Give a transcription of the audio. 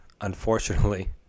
Unfortunately